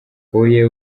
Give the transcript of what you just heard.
huye